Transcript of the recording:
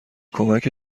کمک